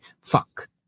Fuck